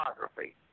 photography